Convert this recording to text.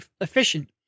efficient